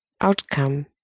outcome